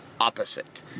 opposite